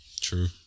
True